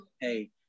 Hey